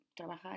trabajar